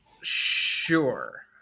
Sure